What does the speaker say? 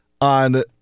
on